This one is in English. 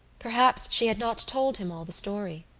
perhaps she had not told him all the story.